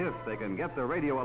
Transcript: if they can get the radio